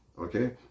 Okay